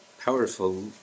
powerful